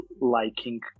liking